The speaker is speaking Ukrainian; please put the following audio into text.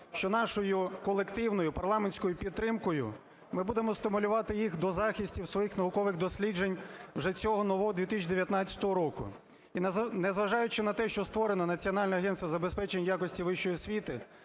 що нашою колективною парламентською підтримкою ми будемо стимулювати їх до захистів своїх наукових досліджень вже цього нового 2019 року. І незважаючи на те, що створено Національне агентство із забезпечення якості вищої освіти,